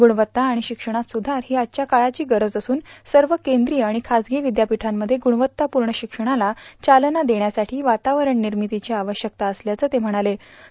गुणवत्ता आणि शिक्षणात सुधार ही आजव्या काळाची गरज असून सर्व केंद्रीय आणि खाजगी विद्यापीठामध्ये गुणवत्तापूर्ण शिक्षणाला चालना देष्यासाठी वातावरण निर्मितीची आश्यकता असल्याचं ते म्हणलें